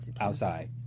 outside